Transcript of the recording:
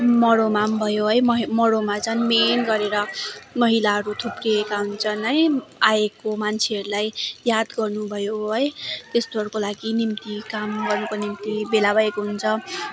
मरौमा पनि भयो है महे मरौमा झन् मेन गरेर महिलााहरू थुप्रिएका हुन्छन् है आएको मान्छेहरूलाई याद गर्नु भयो है त्यस्तोहरूको लागि निम्ति काम गर्नुको निम्ति भेला भएको हुन्छ